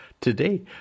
today